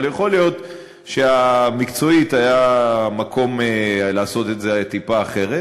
אבל יכול להיות שמקצועית היה מקום לעשות את זה טיפה אחרת.